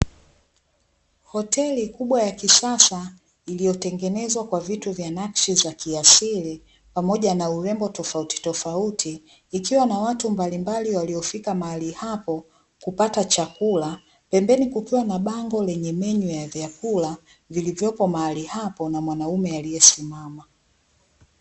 Hoteli ya vitu vya kisasa iliyotengenezwa kwa nakshi za kiasili pamoja na urembo tofauti tofauti, ikiwa na watu mbalimbali waliofika mahali hapo kupata chakula, pembeni kukiwa na bango lenye menyu ya vyakula vilivyopo mahali hapo, na mwanaume aliye simama.